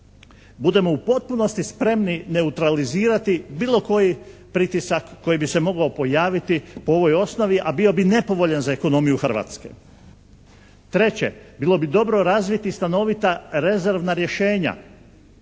budemo u potpunosti spremni neutralizirati bilo koji pritisak koji bi se mogao pojaviti po ovoj osnovi, a bio bi nepovoljan za ekonomiju Hrvatske. Treće, bilo bi dobro razviti stanovita rezervna rješenja.